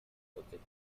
subject